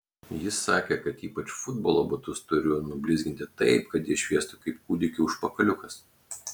jis sakė kad ypač futbolo batus turiu nublizginti taip kad jie šviestų kaip kūdikio užpakaliukas